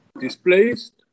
displaced